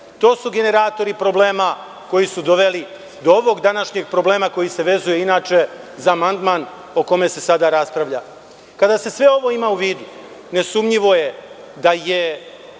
To su generatori problema koji su doveli do ovog današnjeg problema koji se vezuje inače za amandman o kome se sada raspravlja. Kada se sve ovo ima u vidu, nesumnjivo da je